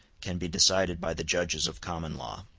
can be decided by the judges of common law.